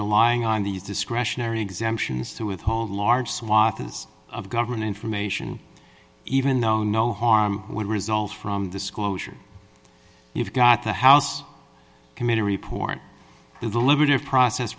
relying on these discretionary exemptions to withhold large swaths of government information even though no harm would result from disclosure you've got the house committee report the deliberative process